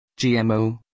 GMO